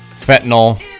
fentanyl